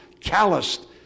calloused